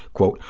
quote,